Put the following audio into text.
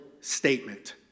statement